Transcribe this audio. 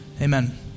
Amen